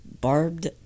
Barbed